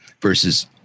versus